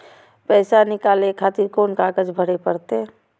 पैसा नीकाले खातिर कोन कागज भरे परतें?